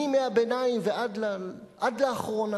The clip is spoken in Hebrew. מימי הביניים ועד לאחרונה.